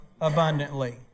abundantly